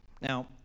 Now